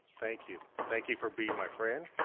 thank you. thank you for being my friend.